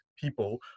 people